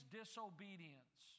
disobedience